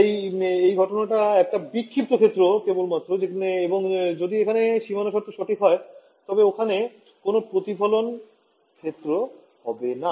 তাই এই ঘটনাটা হল একটা বিক্ষিপ্ত ক্ষেত্র কেবলমাত্র এবং যদি এখানে সীমানা শর্ত সঠিক হয় তবে ওখানে কোন প্রতিফলন ক্ষেত্র হবে না